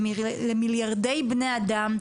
למיליארדי בני אדם,